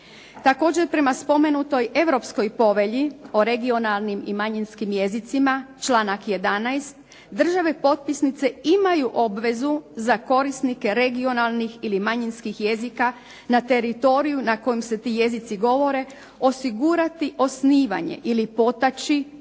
Također, prema spomenutoj Europskoj povelji o regionalnim i manjinskim jezicima članak 11. države potpisnice imaju obvezu za korisnike regionalnih ili manjinskih jezika na teritoriju na kojem se ti jezici govore osigurati osnivanje ili potaći,